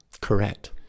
correct